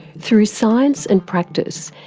through science and practice,